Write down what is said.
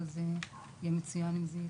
אבל זה יהיה מצוין אם זה יקרה.